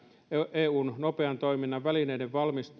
eun nopean toiminnan välineiden